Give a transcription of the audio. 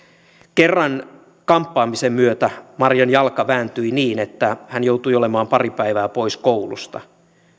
kerran kamppaamisen myötä marian jalka vääntyi niin että hän joutui olemaan pari päivää pois koulusta